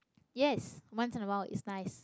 yes once in awhile it's nice